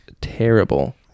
terrible